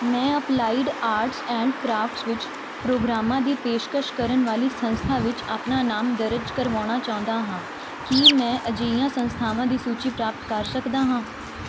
ਮੈਂ applied arts and crafts ਵਿੱਚ ਪ੍ਰੋਗਰਾਮਾਂ ਦੀ ਪੇਸ਼ਕਸ਼ ਕਰਨ ਵਾਲੀ ਸੰਸਥਾ ਵਿੱਚ ਆਪਣਾ ਨਾਮ ਦਰਜ ਕਰਵਾਉਣਾ ਚਾਹੁੰਦਾ ਹਾਂ ਕੀ ਮੈਂ ਅਜਿਹੀਆਂ ਸੰਸਥਾਵਾਂ ਦੀ ਸੂਚੀ ਪ੍ਰਾਪਤ ਕਰ ਸਕਦਾ ਹਾਂ